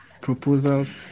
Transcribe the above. proposals